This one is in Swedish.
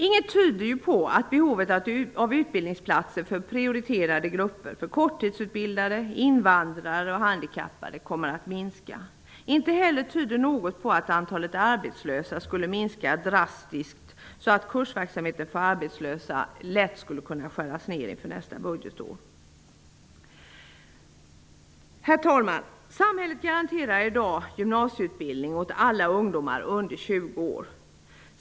Inget tyder på att behovet av utbildningsplatser för prioriterade grupper -- korttidsutbildade, invandrare och handikappade -- kommer att minska. Inte heller tyder något på att antalet arbetslösa skulle minska så drastiskt att kursverksamheten för arbetslösa lätt skulle kunna skäras ner för nästa budgetår. Herr talman! Samhället garanterar i dag gymnasieutbildning åt alla ungdomar under 20 år.